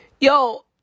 yo